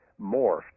morphed